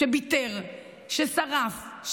שביתר, ששרף,